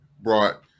brought